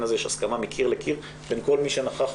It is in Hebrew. הזה יש הסכמה מקיר לקיר בין כל מי שנכח,